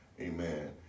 Amen